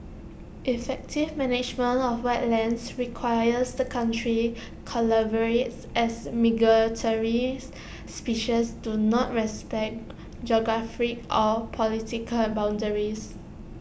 effective management of wetlands requires the countries collaborate as migratory species do not respect geographic or political boundaries